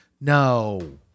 No